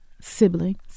siblings